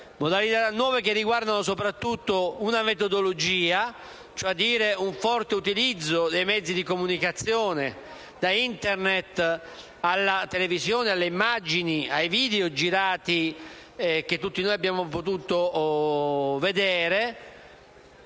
modalità nuove; mi riferisco soprattutto ad un grande utilizzo dei mezzi di comunicazione, da Internet alla televisione, alle immagini, ai *video* girati che tutti noi abbiamo potuto vedere;